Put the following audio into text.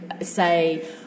say